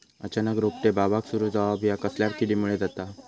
अचानक रोपटे बावाक सुरू जवाप हया कसल्या किडीमुळे जाता?